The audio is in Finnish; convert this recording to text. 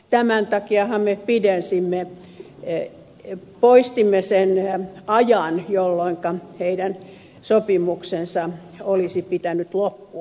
tämän takiahan me poistimme sen ajan jolloinka heidän sopimuksensa olisi pitänyt loppua